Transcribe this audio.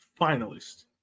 finalist